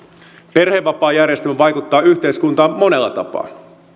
perhevapaajärjestelmä vaikuttaa yhteiskuntaan monella tapaa